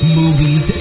movies